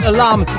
Alarm